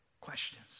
Questions